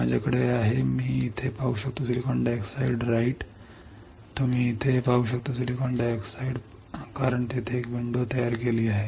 माझ्याकडे आहे मी इथे पाहू शकतो SiO2 राईट तुम्ही इथे पाहू शकता SiO2 पाहू का कारण तेथे एक विंडो तयार केली आहे